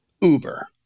Uber